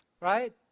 Right